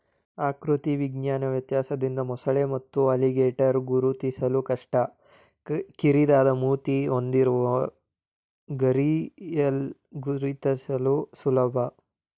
ಆಕೃತಿ ವಿಜ್ಞಾನ ವ್ಯತ್ಯಾಸದಿಂದ ಮೊಸಳೆ ಮತ್ತು ಅಲಿಗೇಟರ್ ಗುರುತಿಸಲು ಕಷ್ಟ ಕಿರಿದಾದ ಮೂತಿ ಹೊಂದಿರುವ ಘರಿಯಾಲ್ ಗುರುತಿಸಲು ಸುಲಭ